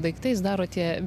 daiktais daro tie